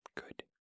good